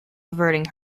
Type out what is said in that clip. averting